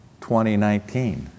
2019